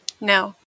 No